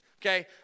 okay